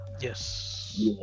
Yes